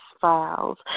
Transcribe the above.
files